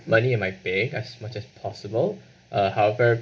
money in my bank as much as possible uh however